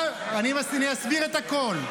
אני אסביר את הכול.